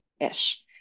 ish